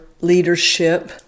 leadership